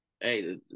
Hey